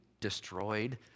destroyed